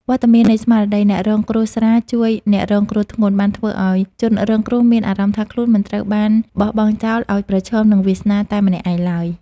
វត្តមាននៃស្មារតី អ្នករងគ្រោះស្រាល ជួយអ្នករងគ្រោះធ្ងន់ បានធ្វើឱ្យជនរងគ្រោះមានអារម្មណ៍ថាខ្លួនមិនត្រូវបានបោះបង់ចោលឱ្យប្រឈមមុខនឹងវាសនាតែម្នាក់ឯងឡើយ។